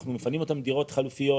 אנחנו מפנים אותם לדירות חלופיות,